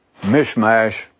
mishmash